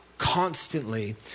constantly